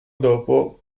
dopo